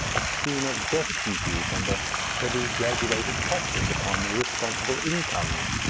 a scheme of death duties and of heavy graduated taxes upon irresponsible incomes,